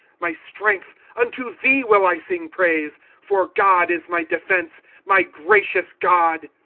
my strength, unto thee will i sing praise for god is my defense, my gracious god.